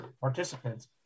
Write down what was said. participants